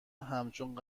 همچون